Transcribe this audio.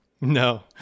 No